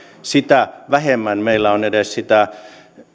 sitä vähemmän meillä on edes sitä